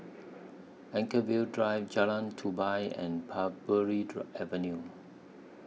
Anchorvale Drive Jalan Tupai and Parbury Avenue